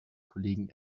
kollegen